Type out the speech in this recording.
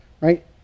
right